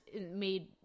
made